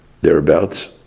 thereabouts